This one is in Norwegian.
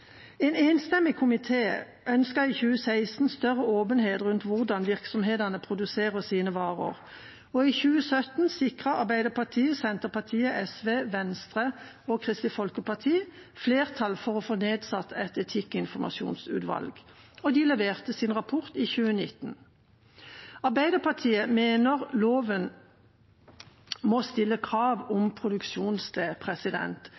En enstemmig komité ønsket i 2016 større åpenhet rundt hvordan virksomhetene produserer sine varer. Og i 2017 sikret Arbeiderpartiet, Senterpartiet, SV, Venstre og Kristelig Folkeparti flertall for å få nedsatt et etikkinformasjonsutvalg – og de leverte sin rapport i 2019. Arbeiderpartiet mener loven må stille krav